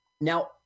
Now